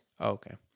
Okay